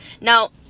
Now